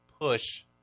push